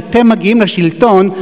כשאתם מגיעים לשלטון,